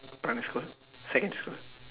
primary school secondary school